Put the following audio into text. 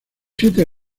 siete